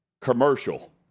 commercial